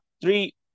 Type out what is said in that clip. Three